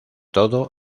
todo